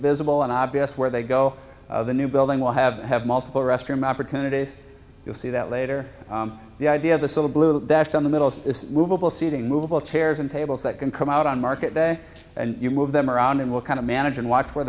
visible and obvious where they go the new building will have have multiple restroom opportunities you'll see that later the idea of the sort of blue that's down the middle is movable seating movable chairs and tables that can come out on market day and you move them around and what kind of manager and watch where